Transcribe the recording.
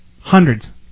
hundreds